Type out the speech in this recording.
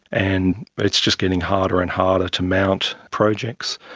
and it's just getting harder and harder to mount projects,